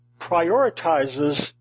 prioritizes